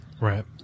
Right